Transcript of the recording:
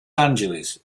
angeles